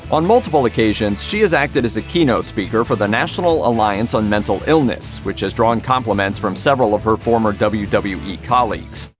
on multiple occasions, she has acted as a keynote speaker for the national alliance on mental illness, which has drawn compliments from several of her former wwe wwe colleagues.